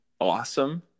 awesome